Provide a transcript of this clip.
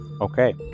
Okay